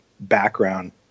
Background